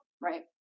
Right